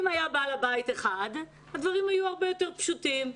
אם היה בעל בית אחד הדברים היו הרבה יותר פשוטים.